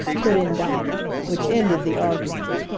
put in dinah, which ended the argument.